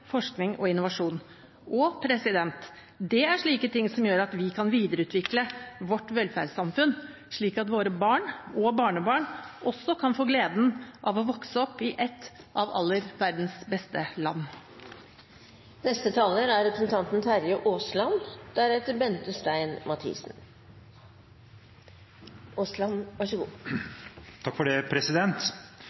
forskning og innovasjon. Det er slike ting som gjør at vi kan videreutvikle vårt velferdssamfunn, slik at våre barn og barnebarn også kan få gleden av å vokse opp i et av verdens aller beste land. Gjør som jeg sier, og ikke som gjør, er